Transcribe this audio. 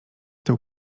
tył